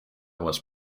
was